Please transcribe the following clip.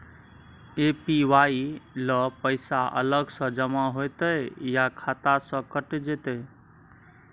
APY ल पैसा अलग स जमा होतै या खाता स कैट जेतै?